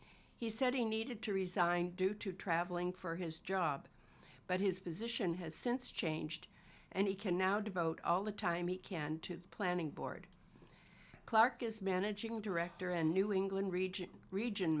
he said he needed to resign due to traveling for his job but his position has since changed and he can now devote all the time he can to planning board clark is managing director and new england region region